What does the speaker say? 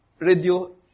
radio